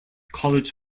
college